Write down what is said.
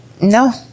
No